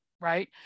right